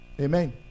amen